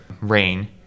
rain